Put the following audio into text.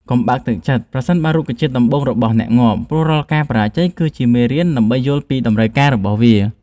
កុំបាក់ទឹកចិត្តប្រសិនបើរុក្ខជាតិដំបូងរបស់អ្នកងាប់ ព្រោះរាល់ការបរាជ័យគឺជាមេរៀនដើម្បីយល់ពីតម្រូវការរបស់វា។